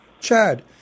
Chad